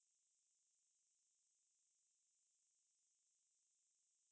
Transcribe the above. err they have a few initiative lah like they got put the hand sanitizers at the lift